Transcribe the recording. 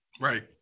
Right